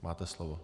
Máte slovo.